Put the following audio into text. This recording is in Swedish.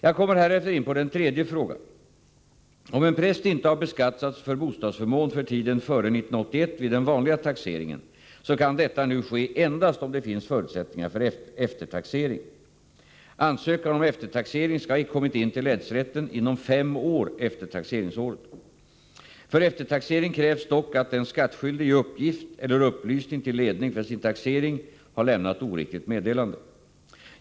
Jag kommer härefter in på den tredje frågan. Om en präst inte har beskattats för bostadsförmån för tiden före 1981 vid den vanliga taxeringen så kan detta nu ske endast om det finns förutsättningar för eftertaxering. Ansökan om eftertaxering skall ha kommit in till länsrätten inom fem år efter taxeringsåret. För eftertaxering krävs dock att den skattskyldige i uppgift eller upplysning till ledning för sin taxering lämnat oriktigt meddelande.